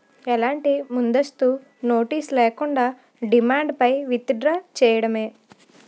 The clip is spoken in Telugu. ఎలాంటి ముందస్తు నోటీస్ లేకుండా, డిమాండ్ పై విత్ డ్రా చేయడమే